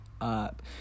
up